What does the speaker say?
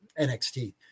NXT